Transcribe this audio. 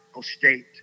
State